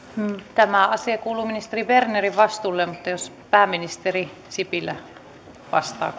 tämä asia kuuluu ministeri bernerin vastuulle mutta jos pääministeri sipilä vastaa